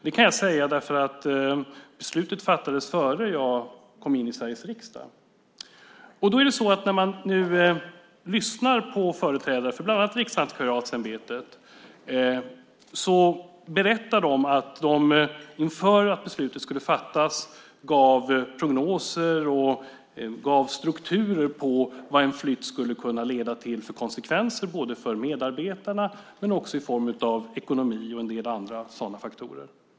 Jag kan säga det därför att beslutet fattades innan jag kom in i Sveriges riksdag. När man nu lyssnar på företrädare för bland annat Riksantikvarieämbetet berättar de att de inför att beslutet skulle fattas gav prognoser och strukturer för vilka konsekvenser en flytt skulle kunna få både för medarbetarna och när det gäller ekonomi och en del andra sådana faktorer.